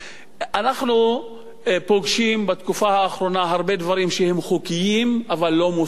אנחנו פוגשים בתקופה האחרונה הרבה דברים שהם חוקיים אבל לא מוסריים.